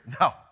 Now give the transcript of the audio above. No